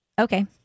Okay